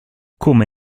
come